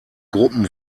gruppen